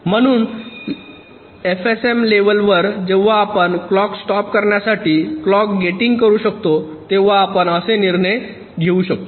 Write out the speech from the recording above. म्हणून लेव्हल वर जेव्हा आपण क्लॉक स्टॉप करण्यासाठी क्लॉक गेटिंग करू शकतो तेव्हा आपण असे काही निर्णय घेऊ शकतो